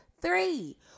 Three